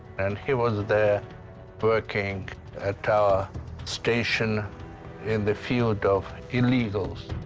and he was there working at our station in the field of illegals.